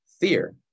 fear